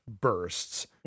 bursts